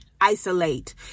isolate